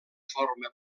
forma